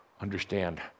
understand